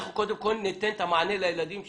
אנחנו קודם כל ניתן את המענה לילדים שלנו.